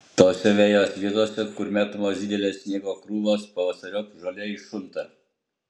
tose vejos vietose kur metamos didelės sniego krūvos pavasariop žolė iššunta